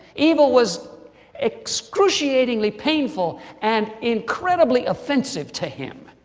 evil was excruciatingly painful and incredibly offensive to him.